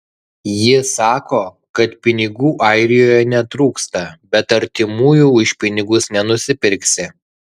ji sako kad pinigų airijoje netrūksta bet artimųjų už pinigus nenusipirksi